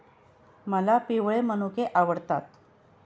मला पिवळे मनुके आवडतात